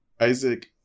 Isaac